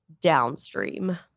downstream